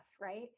right